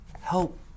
help